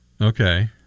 Okay